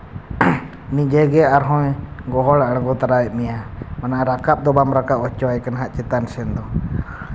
ᱱᱤᱡᱮ ᱜᱮ ᱟᱨᱦᱚᱸ ᱜᱚᱦᱚᱲ ᱟᱬᱜᱚ ᱛᱚᱨᱟᱭᱮᱫ ᱢᱮᱭᱟ ᱢᱟᱱᱮ ᱨᱟᱠᱟᱵ ᱫᱚ ᱵᱟᱝ ᱨᱟᱠᱟᱵ ᱦᱚᱪᱚ ᱟᱭ ᱠᱟᱱᱟ ᱪᱮᱛᱟᱱ ᱥᱮᱫ ᱫᱚ